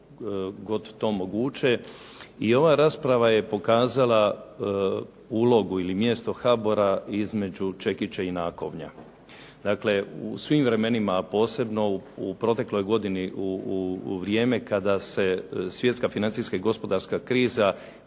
god to moguće. I ova rasprava je pokazala ulogu ili mjesto HBOR-a između čekića i nakovnja. Dakle, u svim vremenima, a posebno u protekloj godini u vrijeme kada se svjetska gospodarska i financijska kriza